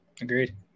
agreed